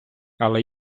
але